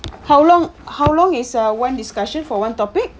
how long how long is uh one discussion for one topic